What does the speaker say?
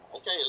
Okay